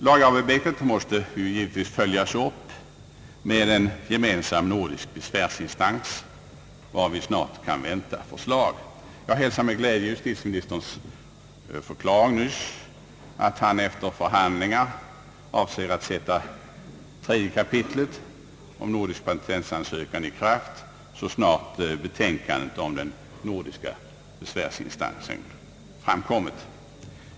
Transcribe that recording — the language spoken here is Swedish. Lagarbetet måste nu följas upp med en gemensam nordisk besvärsinstans, varom vi snart kan vänta förslag. Jag hälsar med glädje justitieministerns förklaring, att han efter förhandlingar avser att sätta tredje kapitlet i lagen, om nordisk patentansökan, i kraft så snart som betänkandet om den nordiska besvärsinstansen framkommit.